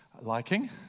liking